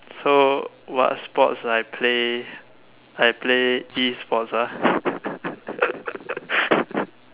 so what sports I play I play E sports ah